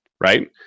Right